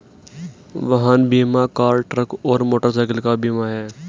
वाहन बीमा car, truck और मोटरसाइकिल का बीमा है